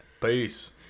Peace